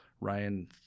Ryan